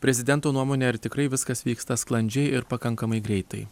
prezidento nuomone ar tikrai viskas vyksta sklandžiai ir pakankamai greitai